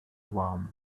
warm